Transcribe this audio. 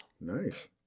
Nice